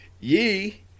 ye